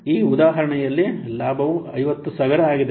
ಆದ್ದರಿಂದ ಈ ಉದಾಹರಣೆಯಲ್ಲಿ ಲಾಭವು 50000 ಆಗಿದೆ